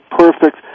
perfect